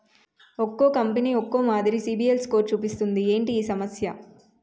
ఒక్కో కంపెనీ ఒక్కో మాదిరి సిబిల్ స్కోర్ చూపిస్తుంది ఏంటి ఈ సమస్య?